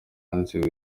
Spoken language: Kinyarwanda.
wanditse